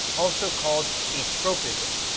also called a tropism.